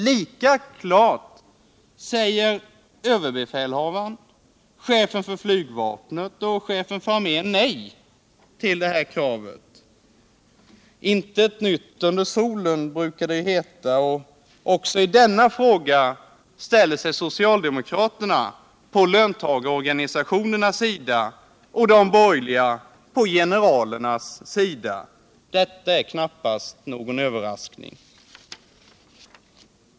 Lika klart säger överbefälhavaren, chefen för flygvapnet och chefen för armén nej till kravet. Intet nytt under solen, brukar det heta. Också i denna fråga ställer sig socialdemokraterna på löntagarorganisationernas sida och de borgerliga på generalernas sida. Men det är knappast överraskande.